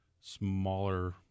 smaller